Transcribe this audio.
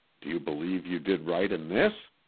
do you believe you did right in this?